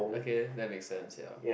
okay that make sense ya